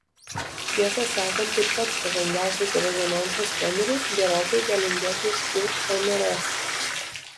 tiesą sakant tai pats pažangiausias rezonanso skeneris gerokai galingesnis už mrs